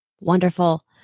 Wonderful